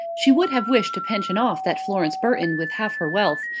she would have wished to pension off that florence burton with half her wealth,